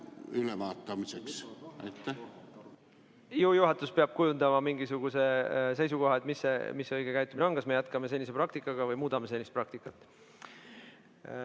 on protseduuriline. Ju juhatus peab kujundama mingisuguse seisukoha, et mis see õige käitumine on, kas me jätkame senise praktikaga või muudame senist praktikat.